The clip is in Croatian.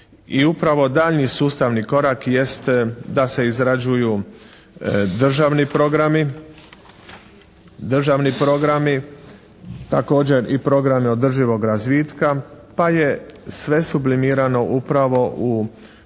upravo daljnji sustavni korak jeste da se izrađuju državni programi, također i programi održivog razvitka pa je sve sublimirano upravo u projekt